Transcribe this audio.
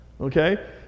Okay